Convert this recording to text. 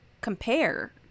compare